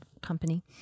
company